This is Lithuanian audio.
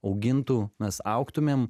augintų mes augtumėm